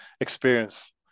experience